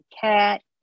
cat